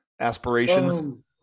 aspirations